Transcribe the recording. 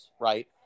right